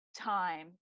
time